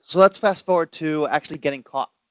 let's fast forward to actually getting caught.